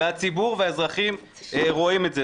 -- והציבור והאזרחים רואים את זה.